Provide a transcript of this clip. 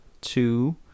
two